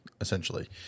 essentially